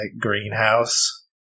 greenhouse